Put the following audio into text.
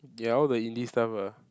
ya all the indie stuff lah